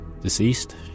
deceased